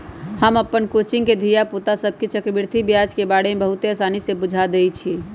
हम अप्पन कोचिंग के धिया पुता सभके चक्रवृद्धि ब्याज के बारे में बहुते आसानी से बुझा देइछियइ